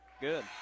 good